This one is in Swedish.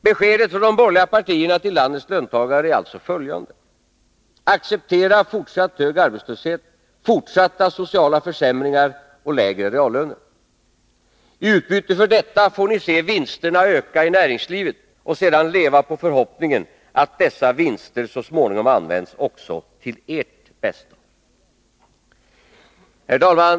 Beskedet från de borgerliga partierna till landets löntagare är alltså följande: Acceptera fortsatt hög arbetslöshet, fortsatta sociala försämringar och lägre reallöner. I utbyte för detta får ni se vinsterna öka i näringslivet och sedan leva på förhoppningen att dessa vinster så småningom används också till ert bästa. Herr talman!